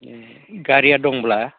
ए गारिया दंब्ला